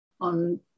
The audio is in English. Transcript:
on